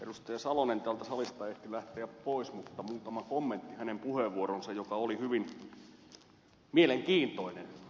edustaja salonen täältä salista ehti lähteä pois mutta muutama kommentti hänen puheenvuoroonsa joka oli hyvin mielenkiintoinen